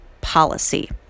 policy